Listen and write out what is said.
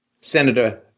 Senator